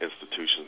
institutions